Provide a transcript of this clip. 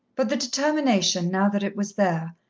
but the determination, now that it was there,